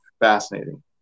fascinating